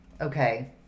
okay